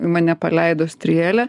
mane paleido strėlę